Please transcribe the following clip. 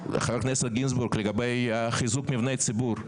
חבר הכנסת גינזבורג לגבי חיזוק מבני ציבור.